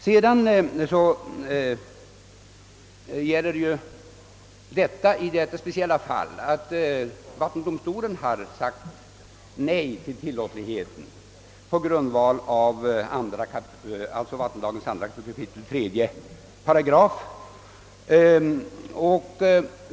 Vattendomstolen har i detta speciella fall sagt nej på grundval av vad som stadgas i kap. 2 38 vattenlagen dömt företaget icke tillåtligt.